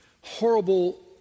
horrible